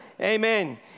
Amen